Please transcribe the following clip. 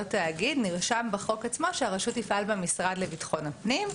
תאגיד נרשם בחוק עצמו שהרשות תפעל במשרד לביטחון הפנים.